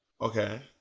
Okay